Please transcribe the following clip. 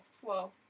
Whoa